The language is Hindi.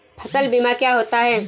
फसल बीमा क्या होता है?